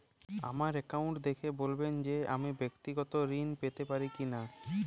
আমার অ্যাকাউন্ট দেখে বলবেন যে আমি ব্যাক্তিগত ঋণ পেতে পারি কি না?